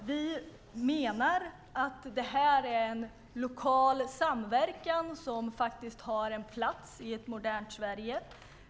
Vi menar att lokal samverkan har en plats i ett modernt Sverige.